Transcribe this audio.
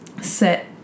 set